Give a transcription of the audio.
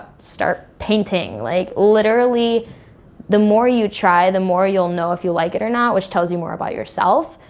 start painting. like literally the more you try, the more you'll know if you like it or not, which tells you more about yourself,